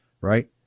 right